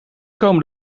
komen